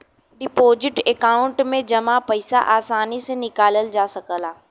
deposit account में जमा पइसा आसानी से निकालल जा सकला